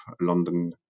London